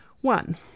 One